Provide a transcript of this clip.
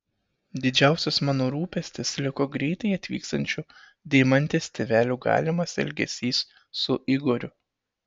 didžiausias mano rūpestis liko greitai atvykstančių deimantės tėvelių galimas elgesys su igoriu